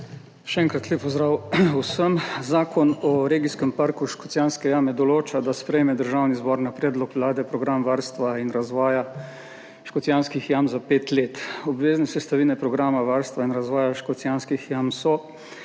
Še enkrat lep pozdrav vsem! Zakon o regijskem parku Škocjanske jame določa, da Državni zbor na predlog Vlade sprejme program varstva in razvoja Škocjanskih jam za pet let. Obvezne sestavine programa varstva in razvoja Škocjanskih jam so